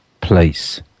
place